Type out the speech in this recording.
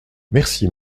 merci